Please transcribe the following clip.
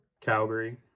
Calgary